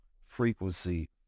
frequency